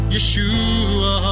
Yeshua